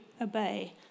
obey